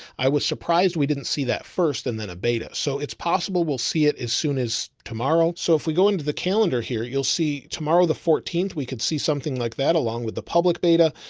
i was surprised we didn't see that first and then a beta. so it's possible. we'll see it as soon as tomorrow. so if we go into the calendar here, you'll see tomorrow the fourteenth, we could see something like that along with the public beta.